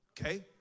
okay